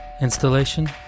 Installation